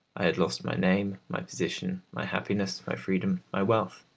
i had lost my name, my position, my happiness, my freedom, my wealth.